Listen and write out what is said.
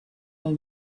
all